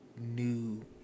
new